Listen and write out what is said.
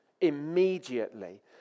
immediately